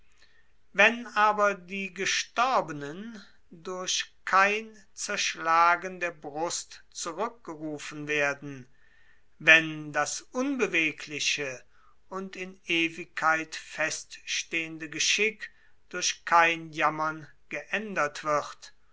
wenn aber die gestorbenen durch kein zerschlagen der brust zurückgerufen werden wenn das unbewegliche und in ewigkeit feststehende geschick durch kein jammern geändert wird